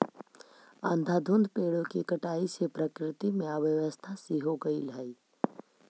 अंधाधुंध पेड़ों की कटाई से प्रकृति में अव्यवस्था सी हो गईल हई